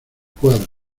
cuadra